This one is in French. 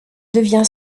devient